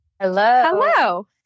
Hello